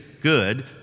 good